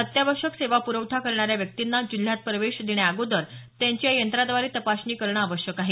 अत्यावश्यक सेवा पुरवठा करणाऱ्या व्यक्तींना जिल्ह्यात प्रवेश देण्याअगोदर त्यांची या यंत्राद्वारे तपासणी करणे आवश्यक आहे